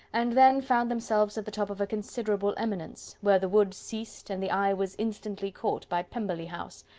and then found themselves at the top of a considerable eminence, where the wood ceased, and the eye was instantly caught by pemberley house,